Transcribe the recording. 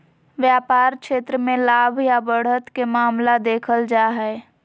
व्यापार क्षेत्र मे लाभ या बढ़त के मामला देखल जा हय